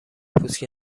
پوست